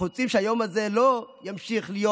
אנחנו רוצים שהיום הזה לא ימשיך להיות